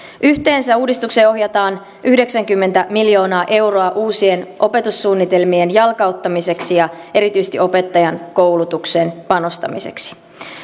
yhteensä uudistukseen ohjataan yhdeksänkymmentä miljoonaa euroa uusien opetussuunnitelmien jalkauttamiseksi ja erityisesti opettajankoulutukseen panostamiseksi